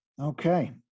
Okay